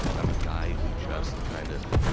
i'm a guy who just kind of